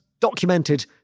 documented